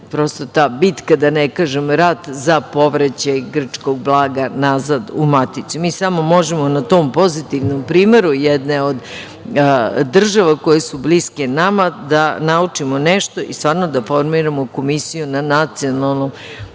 vodi ta bitka, da ne kažem rat za povraćaj grčkog blaga nazad u maticu. Mi samo možemo na tom pozitivnom primeru jedne od država koje su bliske nama, da naučimo nešto i stvarno da formiramo komisiju na nacionalnom